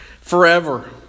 forever